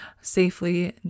safely